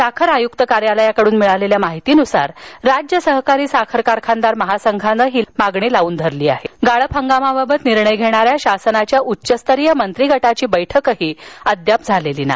साखर आयुक्त कार्यालयाकडून मिळालेल्या माहितीनुसार राज्य सहकारी साखर कारखानदार महासंघाने ही मागणी लावून धरली असून गाळप हंगामाबाबत निर्णय घेणाऱ्या शासनाच्या उच्चस्तरीय मंत्रिगटाची बैठक अद्याप झालेली नाही